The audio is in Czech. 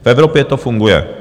V Evropě to funguje.